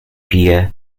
pije